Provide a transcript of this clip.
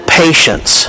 patience